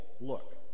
look